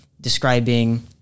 describing